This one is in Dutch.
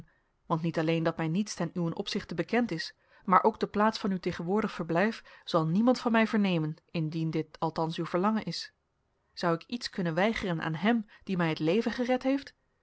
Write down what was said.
want niet alleen dat mij niets ten uwen opzichte bekend is maar ook de plaats van uw tegenwoordig verblijf zal niemand van mij vernemen indien dit althans uw verlangen is zou ik iets kunnen weigeren aan hem die mij het leven gered heeft